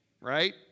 Right